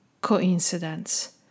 coincidence